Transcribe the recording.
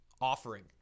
offering